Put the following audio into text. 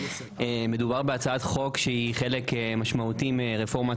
מדובר בהצעת חוק שהיא חלק משמעותי מרפורמת